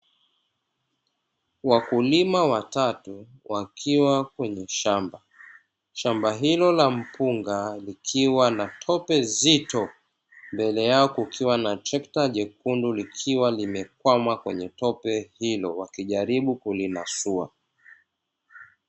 Wakulima watatu wakiwa kwenye shamba. Shamba hilo la mpunga likiwa na tope zito, mbele yao kukiwa na trekta jekundu likiwa limekwama kwenye tope hilo wakijaribu kulinasua.